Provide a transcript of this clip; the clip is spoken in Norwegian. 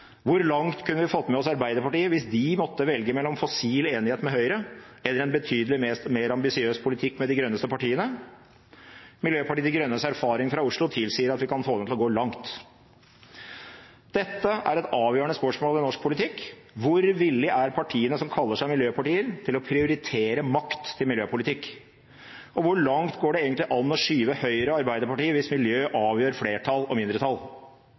Hvor langt kunne vi fått med oss Arbeiderpartiet hvis de måtte velge mellom fossil enighet med Høyre og en betydelig mer ambisiøs politikk med de grønneste partiene? Miljøpartiet De Grønnes erfaring fra Oslo tilsier at vi kan få dem til å gå langt. Dette er et avgjørende spørsmål i norsk politikk: Hvor villige er partiene som kaller seg miljøpartier, til å prioritere makt til miljøpolitikk? Og hvor langt går det egentlig an å skyve Høyre og Arbeiderpartiet hvis miljø avgjør flertall og mindretall?